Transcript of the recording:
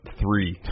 three